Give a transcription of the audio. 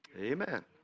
Amen